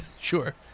sure